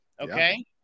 okay